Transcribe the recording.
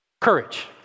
courage